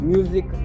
Music